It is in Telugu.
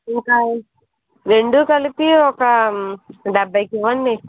ఒక రెండూ కలిపి ఒక డెబ్బైకివ్వండి